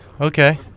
Okay